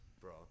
bro